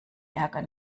ärger